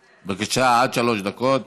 בבקשה, עד שלוש דקות.